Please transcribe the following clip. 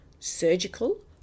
surgical